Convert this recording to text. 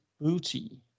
booty